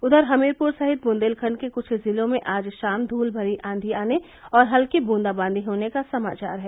उधर हमीरपुर सहित बुन्देलखण्ड के कुछ जिलों में आज शाम धूल भरी आंधी आने और हल्की ब्रंदाबांदी होने का समाचार है